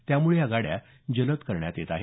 त्यामुळे या गाड्या जलद करण्यात येत आहेत